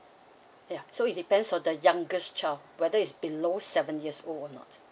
ya so it depends on the youngest child whether is below seven years old or not